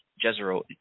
Jezero